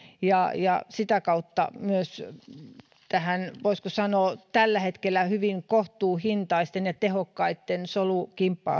ja ja sitä kautta myös voisiko sanoa tällä hetkellä hyvin kohtuuhintaisten ja tehokkaitten solu kimppa